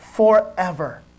forever